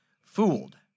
fooled